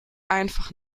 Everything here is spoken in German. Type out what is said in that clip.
einfach